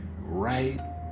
right